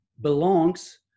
belongs